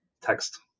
Text